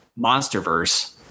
monsterverse